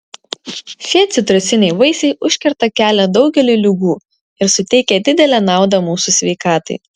šie citrusiniai vaisiai užkerta kelią daugeliui ligų ir suteikia didelę naudą mūsų sveikatai